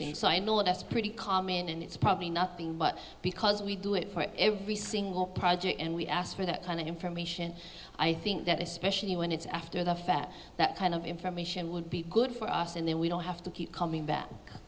of that's pretty common and it's probably nothing but because we do it for every single project and we ask for that kind of information i think that especially when it's after the fact that kind of information would be good for us and then we don't have to keep coming